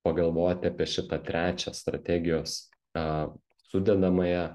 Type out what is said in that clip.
pagalvoti apie šitą trečią strategijos a sudedamąją